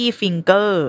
finger